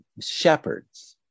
shepherds